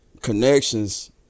Connections